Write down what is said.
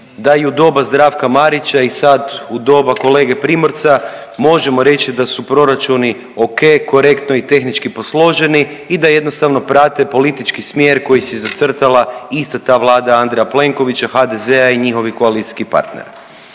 da i u doba Zdravka Marića i sad u doba kolege Primorca, možemo reći da su proračuni ok, korektno i tehnički posloženi i da jednostavno prate politički smjer koji si je zacrtala ista ta Vlada Andreja Plenkovića, HDZ-a i njihovih koalicijskih partnera.